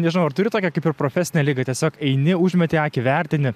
nežinau ar turi tokią kaip ir profesinę ligą tiesiog eini užmeti akį vertini